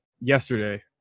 yesterday